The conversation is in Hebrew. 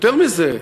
יותר מזה,